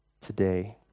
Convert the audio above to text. today